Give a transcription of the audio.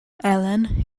elen